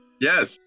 Yes